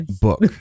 book